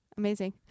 amazing